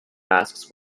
masks